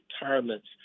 retirements